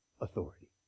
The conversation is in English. authority